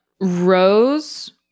Rose